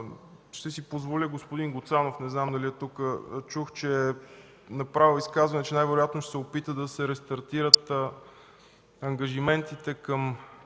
ще си позволя, господин Гуцанов, не знам дали е тук, чух, че е направил изказване, че най-вероятно ще се опита да се рестартират ангажиментите спрямо